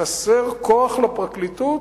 חסר כוח לפרקליטות?